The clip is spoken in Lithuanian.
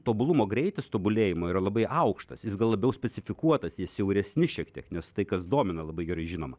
tobulumo greitis tobulėjimo yra labai aukštas jis gal labiau specifikuotas jis siauresni šiek tiek nes tai kas domina labai gerai žinoma